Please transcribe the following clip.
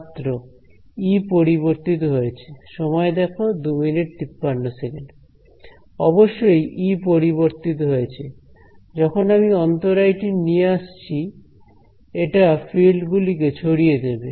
ছাত্র ই পরিবর্তিত হয়েছে অবশ্যই ই পরিবর্তিত হয়েছে যখন আমি অন্তরায় টি নিয়ে আসছি এটা ফিল্ড গুলিকে ছড়িয়ে দেবে